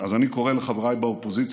אז אני קורא לחבריי באופוזיציה: